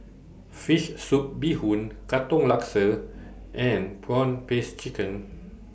Fish Soup Bee Hoon Katong Laksa and Prawn Paste Chicken